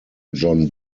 john